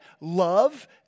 love